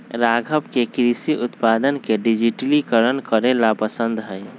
राघव के कृषि उत्पादक के डिजिटलीकरण करे ला पसंद हई